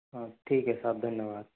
हाँ ठीक है साहब धन्यवाद